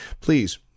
please